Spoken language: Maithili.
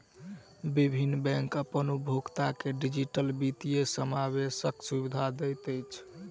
विभिन्न बैंक अपन उपभोगता के डिजिटल वित्तीय समावेशक सुविधा दैत अछि